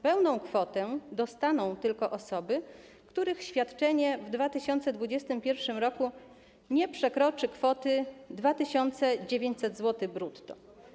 Pełną kwotę dostaną tylko osoby, których świadczenie w 2021 r. nie przekroczy kwoty 2900 zł brutto.